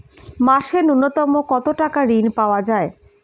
মাসে নূন্যতম কত টাকা ঋণ পাওয়া য়ায়?